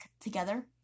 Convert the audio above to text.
together